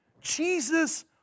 Jesus